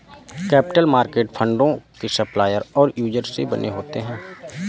capital market फंडों के supplier और यूजर से बने होते हैं